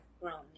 grown